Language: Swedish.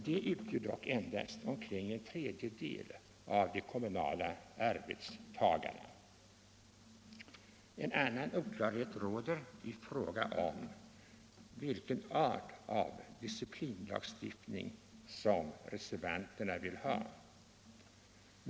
Dessa utgör dock endast omkring en tredjedel av de kommunala arbetstagarna. En annan oklarhet råder i fråga om vilken art av disciplinlagstiftning som reservanterna vill ha.